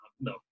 No